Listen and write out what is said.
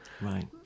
Right